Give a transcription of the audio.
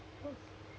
okay